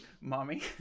mommy